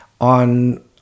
on